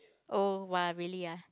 oh !wah! really ah